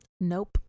Nope